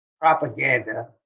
propaganda